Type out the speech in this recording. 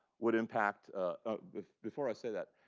would impact before i say that,